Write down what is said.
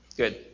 good